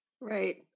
Right